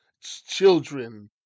children